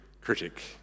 critic